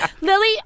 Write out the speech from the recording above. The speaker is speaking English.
Lily